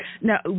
now